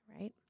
right